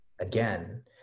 Again